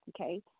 okay